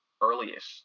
earliest